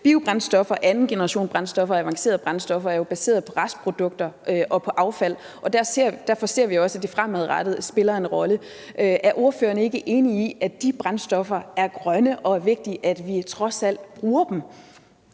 Biobrændstoffer, andengenerationsbrændstoffer og avancerede brændstoffer er jo baseret på restprodukter og på affald, og derfor ser vi også, at det fremadrettet spiller en rolle. Er ordføreren ikke enig i, at de brændstoffer er grønne, og at det er vigtigt, at vi trods alt bruger dem?